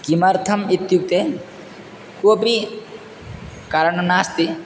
किमर्थम् इत्युक्ते कोपि कारणं नास्ति